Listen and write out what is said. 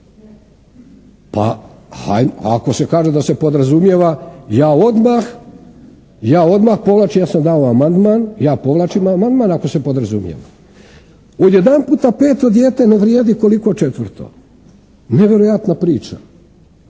Pa ako se kaže da se podrazumijeva ja odmah povlačim, ja sam dao amandman, ja povlačim amandman ako se podrazumijeva. Odjedanputa peto dijete ne vrijedi koliko četvrto. Nevjerojatna priča.